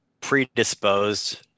predisposed